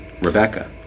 Rebecca